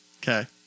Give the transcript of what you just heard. Okay